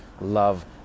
love